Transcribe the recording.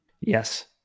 Yes